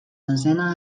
desena